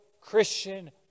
Christian